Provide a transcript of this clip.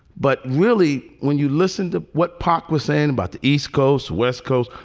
but really, when you listen to what poch was saying about the east coast, west coast,